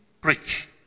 preach